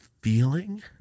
feeling